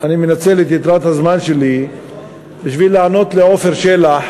אני מנצל את יתרת הזמן שלי בשביל לענות לעפר שלח,